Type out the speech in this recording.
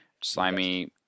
Slimy